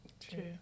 True